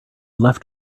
left